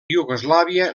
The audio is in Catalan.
iugoslàvia